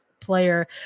player